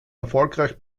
erfolgreich